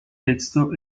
texto